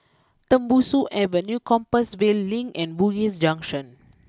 Tembusu Avenue Compassvale Link and Bugis Junction